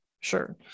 Sure